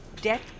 death